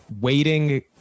Waiting